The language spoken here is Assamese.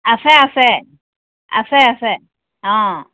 আছে আছে আছে আছে অ